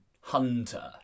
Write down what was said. hunter